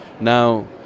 Now